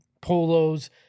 polos